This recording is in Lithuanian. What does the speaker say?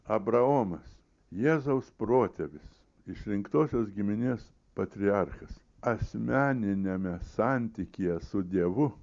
abraomas jėzaus protėvis išrinktosios giminės patriarchas asmeniniame santykyje su dievu